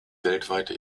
weltweite